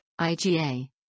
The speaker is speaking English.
IgA